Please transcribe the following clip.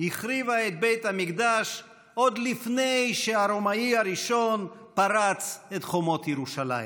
החריבה את בית המקדש עוד לפני שהרומאי הראשון פרץ את חומות ירושלים.